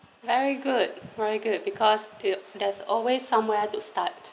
very good very good because there's always somewhere to start